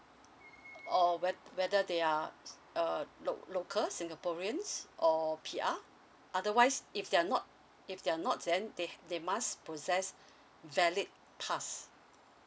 or whe~ whether they are err lo~ local singaporeans or P_R otherwise if they're not if they're not then they they must possess valid pass